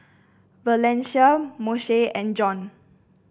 Valencia Moshe and John